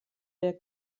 der